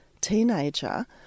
teenager